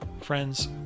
Friends